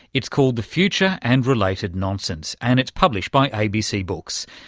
it's called the future and related nonsense and it's published by abc books.